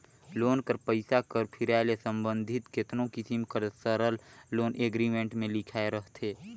loan कर पइसा कर फिराए ले संबंधित केतनो किसिम कर सरल लोन एग्रीमेंट में लिखाए रहथे